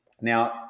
Now